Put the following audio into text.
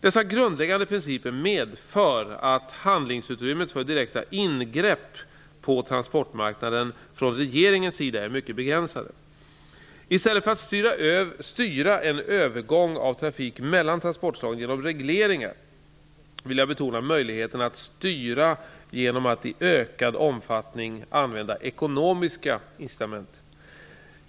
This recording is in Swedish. Dessa grundläggande principer medför att handlingsutrymmet för direkta ingrepp på transportmarknaden från regeringens sida är mycket begränsat. I stället för att styra en övergång av trafik mellan transportslagen genom regleringar vill jag betona möjligheten att styra genom att i ökad omfattning använda ekonomiska incitament.